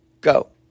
go